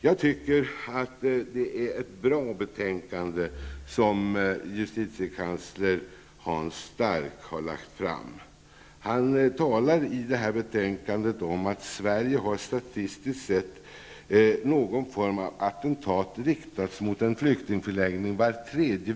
Justitiekansler Hans Stark har lagt fram ett bra betänkande. I betänkandet skriver han att det statistiskt sett under de tre senaste åren i genomsnitt var tredje vecka har riktats någon form av attentat mot en flyktingförläggning i Sverige.